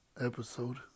episode